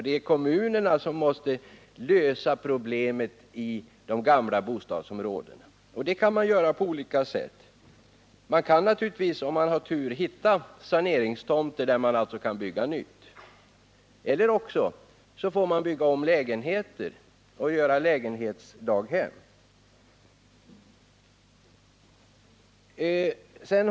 Det är de som måste lösa problemen i de gamla bostadsområdena, och det kan de göra på olika sätt. Man kan, om man har tur, finna saneringstomter där nya barnstugor kan byggas. En annan möjlighet är att bygga om lägenheter till lägenhetsdaghem.